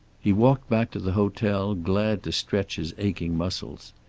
he walked back to the hotel, glad to stretch his aching muscles.